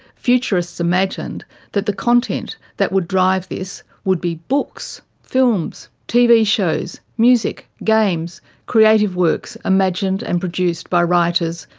futurists imagined that the content that would drive this would be books, films, tv shows, music, games, creative works imagined and produced by writers,